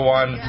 one